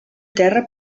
terra